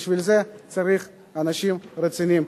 בשביל זה צריך אנשים רציניים,